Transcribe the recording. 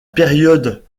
période